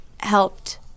helped